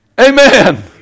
Amen